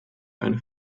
eine